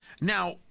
Now